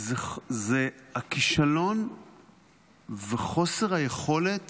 זה הכישלון וחוסר היכולת